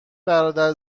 برادر